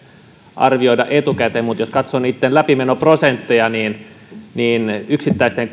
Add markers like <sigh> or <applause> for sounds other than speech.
arvioida etukäteen mutta jos katsoo niitten läpimenoprosentteja niin niin yksittäisten <unintelligible>